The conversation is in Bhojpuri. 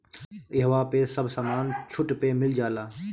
इहवा पे सब समान छुट पे मिल जाला